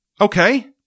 Okay